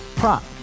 Prop